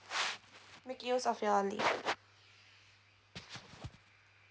make use of your leave